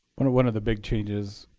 one of the big changes